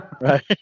Right